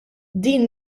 din